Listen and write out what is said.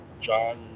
John